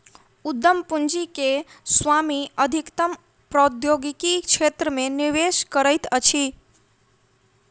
उद्यम पूंजी के स्वामी अधिकतम प्रौद्योगिकी क्षेत्र मे निवेश करैत अछि